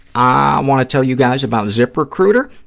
i want to tell you guys about ziprecruiter.